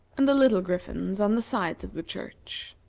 and the little griffins on the sides of the church.